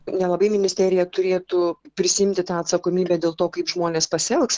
nelabai ministerija turėtų prisiimti tą atsakomybę dėl to kaip žmonės pasielgs